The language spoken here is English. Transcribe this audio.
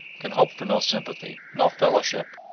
can hope for no sympathy, no fellowship,